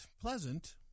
pleasant